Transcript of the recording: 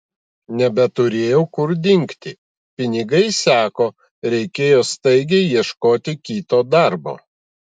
nebeturėjau kur dingti pinigai seko reikėjo staigiai ieškoti kito darbo